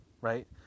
right